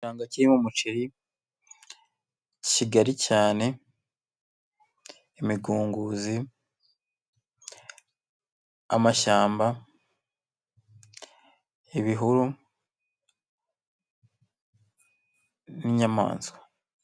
Igishanga kirimo umuceri kigari cyane, imigunguzi, amashyamba, ibihuru n'inyamaswa.